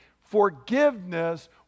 Forgiveness